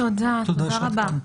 תודה שאת כאן.